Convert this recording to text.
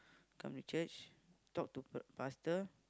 come to church talk to pastor